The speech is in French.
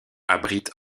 abrite